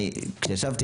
אני ישבתי